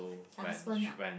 the husband ah